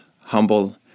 humble